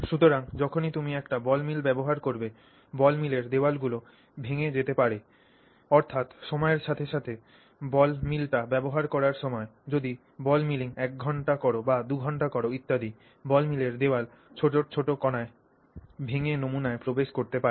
সুতরাং যখনই তুমি একটি বল মিল ব্যবহার করবে বল মিলের দেয়ালগুলিও ভেঙে যেতে পারে অর্থাৎ সময়ের সাথে সাথে তুমি বল মিলটি ব্যবহার করার সময় যদি বল মিলিং 1 ঘন্টা কর বা 2 ঘন্টা কর ইত্যাদি বল মিলের দেয়াল ছোট ছোট কণায় ভেঙ্গে তোমার নমুনায় প্রবেশ করতে পারে